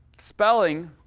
spelling